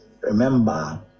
Remember